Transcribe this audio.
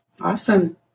Awesome